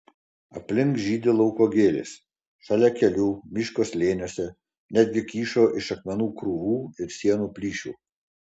aplink žydi lauko gėlės šalia kelių miško slėniuose netgi kyšo iš akmenų krūvų ir sienų plyšių